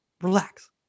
relax